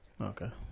Okay